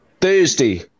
Thursday